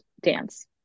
dance